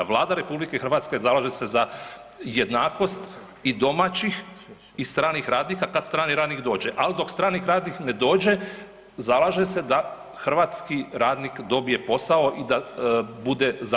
Vlada RH zalaže se za jednakost i domaćih i stranih radnika kad strani radnik dođe, al dok strani radnik ne dođe zalaže se da hrvatski radnik dobije posao i da bude zaštićen na radu.